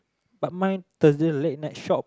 but mine Thursday late night shop